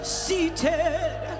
seated